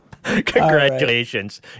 congratulations